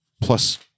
plus